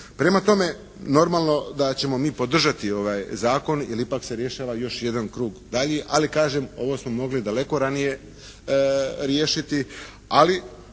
Prema tome, normalno da ćemo mi podržati ovaj zakon jer ipak se rješava još jedan krug dalji. Ali kažem ovo su mogli daleko ranije riješiti, ali